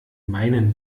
meinen